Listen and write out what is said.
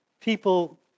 people